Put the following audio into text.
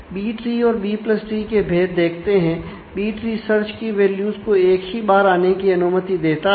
B tree और B plus tree के भेद देखते हैं